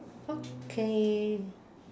okay